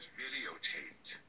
videotaped